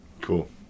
cool